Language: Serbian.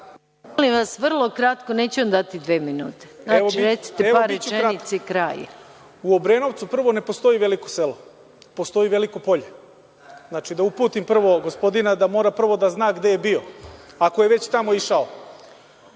Obrenovcu, prvo, ne postoji „veliko selo“. Postoji Veliko Polje. Znači, da uputim gospodina da mora da zna gde je bio, ako je već tamo išao. Još